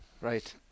Right